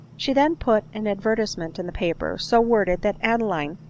she then put an advertisement in the paper, so worded that adeline,